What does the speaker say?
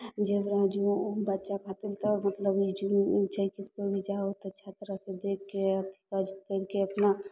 zebra zoo बच्चा खातिर तऽ जू छै कि कोइ भी जाउ तऽ अच्छा तरह सँ देखके की कहय छै पढ़िके अपना